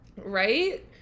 Right